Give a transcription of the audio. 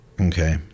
Okay